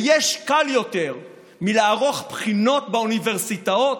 היש קל יותר מלערוך בחינות באוניברסיטאות?